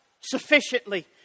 sufficiently